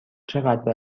چقدر